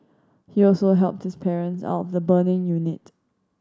he also helped this parents out the burning unit